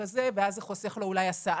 ואז זה אולי חוסך לו הסעה.